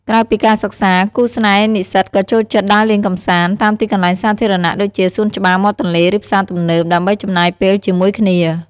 ក្រៅពីការសិក្សា គូស្នេហ៍និស្សិតក៏ចូលចិត្ត ដើរលេងកម្សាន្ត តាមទីកន្លែងសាធារណៈដូចជា សួនច្បារ មាត់ទន្លេ ឬផ្សារទំនើប ដើម្បីចំណាយពេលជាមួយគ្នា។